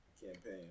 campaign